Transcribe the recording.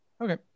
Okay